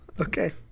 Okay